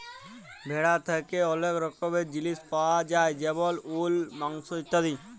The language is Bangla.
ভেড়া থ্যাকে ওলেক রকমের জিলিস পায়া যায় যেমল উল, মাংস ইত্যাদি